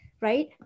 right